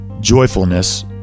joyfulness